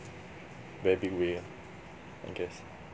very big way ah I guess